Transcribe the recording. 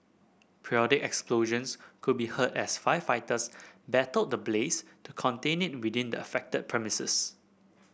periodic explosions could be heard as firefighters battle the blaze to contain it within the affected premises